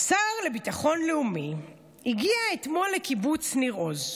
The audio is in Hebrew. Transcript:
השר לביטחון לאומי הגיע אתמול לקיבוץ ניר עוז.